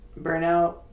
burnout